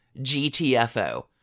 GTFO